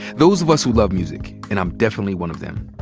those of us who love music, and i'm definitely one of them,